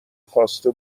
خواسته